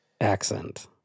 accent